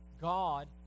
God